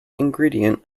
ingredient